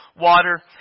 water